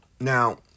Now